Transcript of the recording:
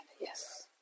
yes